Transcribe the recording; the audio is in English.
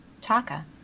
Taka